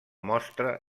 mostra